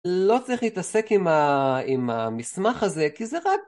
לא צריך להתעסק עם המסמך הזה כי זה רק.